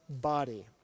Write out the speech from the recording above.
body